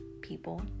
people